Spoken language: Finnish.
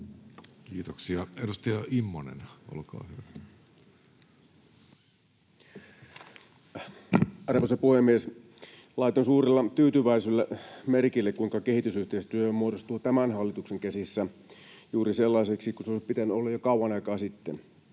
Kiitoksia. — Edustaja Immonen, olkaa hyvä. Arvoisa puhemies! Laitoin suurella tyytyväisyydellä merkille, kuinka kehitysyhteistyö muodostuu tämän hallituksen käsissä juuri sellaiseksi kuin sen olisi pitänyt olla jo kauan aikaa sitten.